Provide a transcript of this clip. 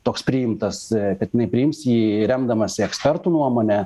toks priimtas kad jinai priims jį remdamasi ekspertų nuomone